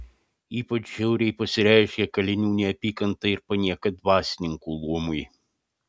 ypač žiauriai pasireiškė kalinių neapykanta ir panieka dvasininkų luomui